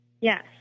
yes